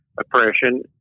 oppression